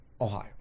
Ohio